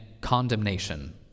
condemnation